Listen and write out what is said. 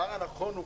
ראיתי שהפיקוח שם,